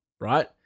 right